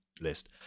list